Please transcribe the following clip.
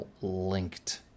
linked